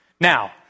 Now